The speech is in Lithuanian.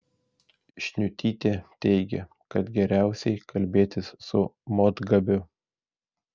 šniutytė teigė kad geriausiai kalbėtis su motgabiu